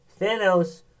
Thanos